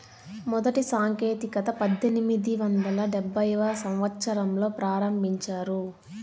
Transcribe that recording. మొదటి సాంకేతికత పద్దెనిమిది వందల డెబ్భైవ సంవచ్చరంలో ప్రారంభించారు